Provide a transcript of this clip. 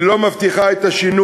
היא לא מבטיחה את השינוי.